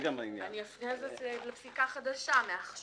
וזה גם העניין --- אז אני אפנה לפסיקה חדשה מעכשיו.